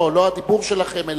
לא הדיבור שלכם אלא,